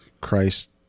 Christ